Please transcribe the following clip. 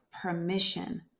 permission